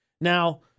now